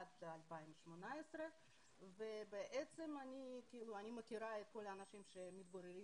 עד 2018. אני מכירה את כל האנשים שמתגוררים